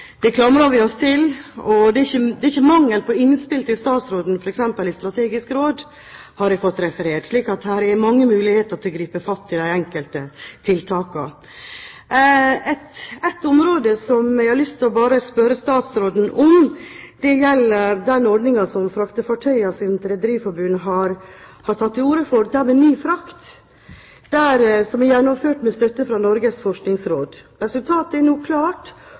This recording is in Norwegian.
det klamrer vi oss til. Det er ikke mangel på innspill til statsråden f.eks. i Strategisk råd, har jeg fått referert. Så her er det mange muligheter til å gripe fatt i de enkelte tiltakene. Et område som jeg har lyst til å spørre statsråden om, gjelder ordningen NyFrakt som Fraktefartøyenes Rederiforening har tatt til orde for, og som er gjennomført med støtte fra Norges forskningsråd. Resultatet er nå klart.